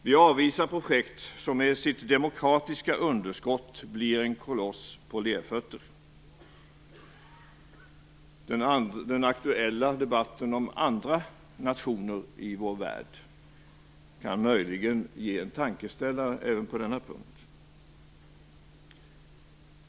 Vi avvisar ett projekt som med sitt demokratiska underskott blir en koloss på lerfötter. Den aktuella debatten om andra nationer i vår värld kan möjligen ge en tankeställare även på denna punkt.